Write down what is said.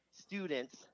Students